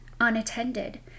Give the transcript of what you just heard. unattended